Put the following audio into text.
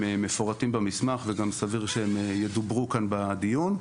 הם מפורטים במסמך ומן הסתם יפורטו בדיון.